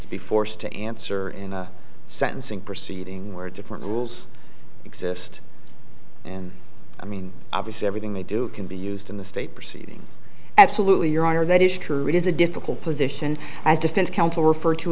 to be forced to answer in a sentencing proceeding where different rules exist and i mean obviously everything they do can be used in the state proceeding absolutely your honor that is true it is a difficult position as defense counsel refer